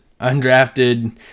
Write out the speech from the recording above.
undrafted